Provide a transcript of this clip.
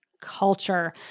culture